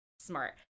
Smart